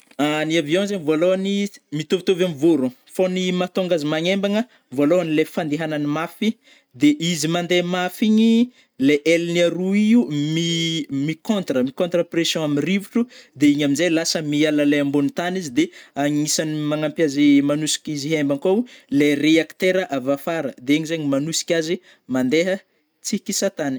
Ny avion zegny vôlôhany mitovitovy am vôrono, fô gny mahatônga azy magnembagna, vôlôhagny le fandehagnany mafy de izy mandeha mafy igny le elagny aroa io mi - mi contre - mi contre pression am rivotro de igny amzay lasa miala lay ambôgny tagny izy de agnisany magnampy azy manosiky izy hiembagn' kôho le reaktera avy afara de igny zegny manosik'azy mandeha tsy hikisatagny.